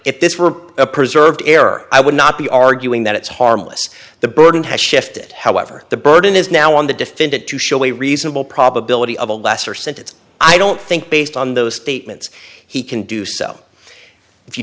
if this were a preserved error i would not be arguing that it's harmless the burden has shifted however the burden is now on the defendant to show a reasonable probability of a lesser sentence i don't think based on those statements he can do so if you